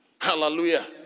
Hallelujah